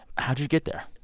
how'd you get there?